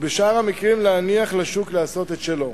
ובשאר המקרים להניח לשוק לעשות את שלו.